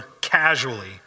casually